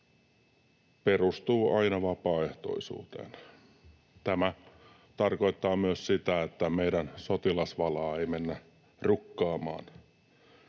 perustuu aina vapaaehtoisuuteen. Tämä tarkoittaa myös sitä, että meidän sotilasvalaa ei mennä rukkaamaan.